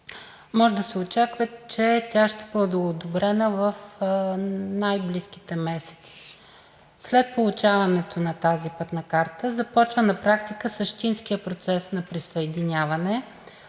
Може да се очаква, че тя ще бъде одобрена в най-близките месеци. След получаването на тази пътна карта започва на практика същинският процес на присъединяване.